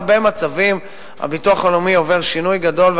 בהרבה מצבים הביטוח הלאומי עובר שינוי גדול,